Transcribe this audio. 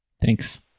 Thanks